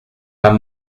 pas